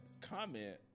comment